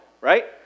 right